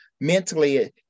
mentally